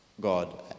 God